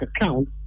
account